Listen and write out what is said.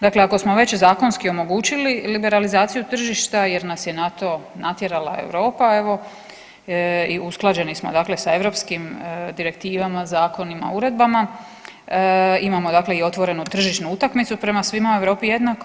Dakle ako smo već zakonski omogućili liberalizaciju tržišta jer nas je na to natjerala Europa evo i usklađeni smo dakle sa europskim direktivama, zakonima, uredbama, imamo dakle i otvorenu tržišnu utakmicu prema svima u Europi jednako.